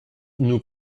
nous